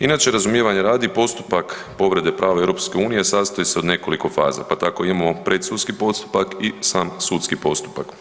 Inače razumijevanja radi postupak povrede prava EU sastoji se od nekoliko faza, pa tako imamo predsudski postupak i sam sudski postupak.